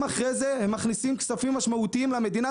אחרי זה הם מכניסים כספים משמעותיים למדינה.